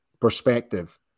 perspective